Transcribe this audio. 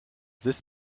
this